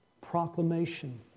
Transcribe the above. proclamation